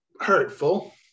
hurtful